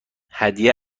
هدیه